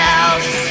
else